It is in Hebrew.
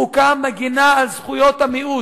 חוקה מגינה על זכויות המיעוט.